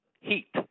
heat